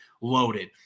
loaded